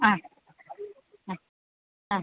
ആ ആ ആ